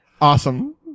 Awesome